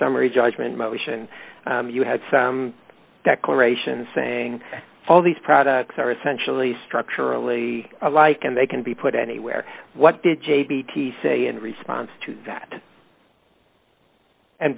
summary judgment motion you had declarations saying all these products are essentially structurally alike and they can be put anywhere what did j p t say in response to that and